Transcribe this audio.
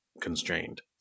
constrained